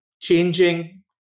changing